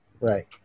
Right